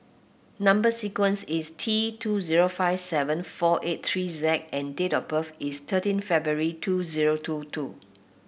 number sequence is T two zero five seven four eight three Z and date of birth is thirteen February two zero two two